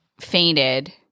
fainted